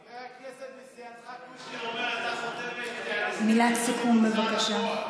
חבר הכנסת מסיעתך אומר, מילת סיכום, בבקשה.